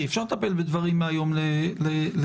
אי אפשר לטפל בדברים מהיום למחר,